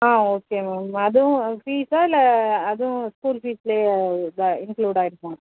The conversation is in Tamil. ஆ ஓகே மேம் அதுவும் ஃபீஸா இல்லை அதுவும் ஸ்கூல் ஃபீஸ்லேயே இதாக இன்க்ளூட் ஆகிடுமா